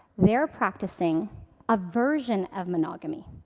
they are practicing a version of monogamy.